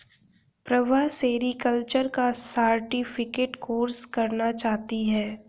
Prabha sericulture का certificate course करना चाहती है